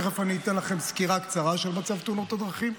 תכף אני אתן לכם סקירה קצרה של מצב תאונות הדרכים,